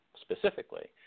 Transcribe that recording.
specifically